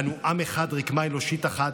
אנו עם אחד, רקמה אנושית אחת,